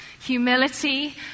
humility